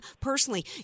personally